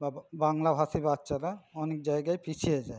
বা বাংলাভাষী বাচ্চারা অনেক জায়গায় পিছিয়ে যায়